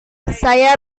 saya